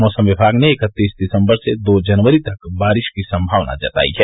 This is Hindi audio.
मौसम विभाग ने इकत्तीस दिसंबर से दो जनवरी तक बारिश की संभावना जतायी है